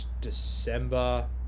december